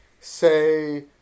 say